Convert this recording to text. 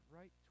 right